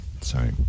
Sorry